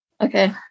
Okay